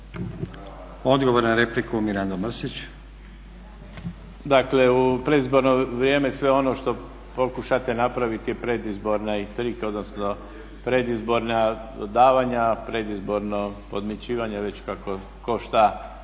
Odgovor na repliku Mirando Mrsić.